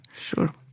Sure